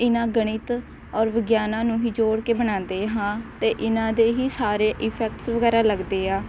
ਇਹਨਾਂ ਗਣਿਤ ਔਰ ਵਿਗਿਆਨ ਨੂੰ ਹੀ ਜੋੜ ਕੇ ਬਣਾਉਂਦੇ ਹਾਂ ਅਤੇ ਇਹਨਾਂ ਦੇ ਹੀ ਸਾਰੇ ਇਫੈਕਟਸ ਵਗੈਰਾ ਲੱਗਦੇ ਆ